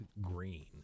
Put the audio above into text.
green